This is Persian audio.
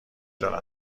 دارم